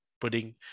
putting